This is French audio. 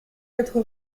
quatre